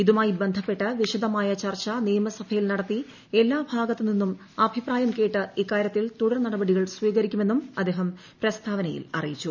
ഇതുമായി ബന്ധപ്പെട്ട് വിശദമായ ചർച്ച നിയമസഭയിൽ നടത്തി എല്ലാ ഭാഗത്തുനിന്നും അഭിപ്രായം കേട്ട് ഇക്കാര്യത്തിൽ തുടർ നടപടികൾ സ്വീകരിക്കുമെന്നും അദ്ദേഹം പ്രസ്താവനയിൽ അറിയിച്ചു